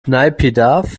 naypyidaw